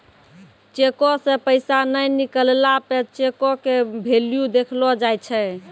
चेको से पैसा नै निकलला पे चेको के भेल्यू देखलो जाय छै